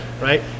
right